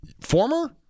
former